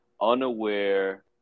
unaware